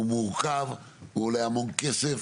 הוא מורכב, הוא עולה המון כסף,